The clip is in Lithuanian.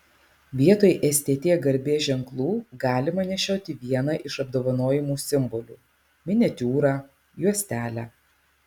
vietoj stt garbės ženklų galima nešioti vieną iš apdovanojimų simbolių miniatiūrą juostelę